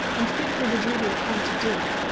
and fit for the duty it had to do,